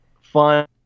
fun